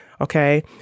Okay